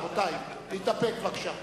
רבותי, להתאפק בבקשה.